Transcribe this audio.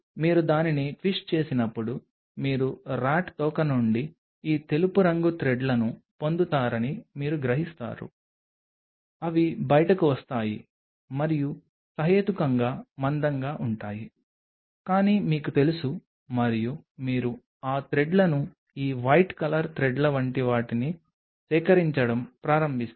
మీరు దానిని ట్విస్ట్ చేసినప్పుడు మీరు RAT తోక నుండి ఈ తెలుపు రంగు థ్రెడ్లను పొందుతారని మీరు గ్రహిస్తారు అవి బయటకు వస్తాయి మరియు సహేతుకంగా మందంగా ఉంటాయి కానీ మీకు తెలుసు మరియు మీరు ఆ థ్రెడ్లను ఈ వైట్ కలర్ థ్రెడ్ల వంటి వాటిని సేకరించడం ప్రారంభిస్తారు